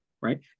right